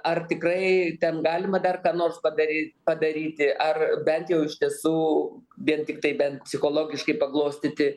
ar tikrai ten galima dar ką nors padaryt padaryti ar bent jau iš tiesų vien tiktai bent psichologiškai paglostyti